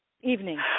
Evening